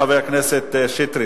חבר הכנסת שטרית,